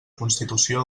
constitució